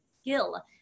skill